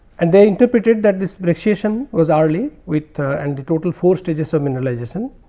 and they interpreted that this brocciation was early with ah and the total four stages of mineralization.